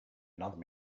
another